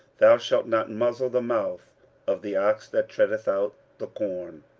thou shalt not muzzle the mouth of the ox that treadeth out the corn.